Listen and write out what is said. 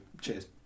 cheers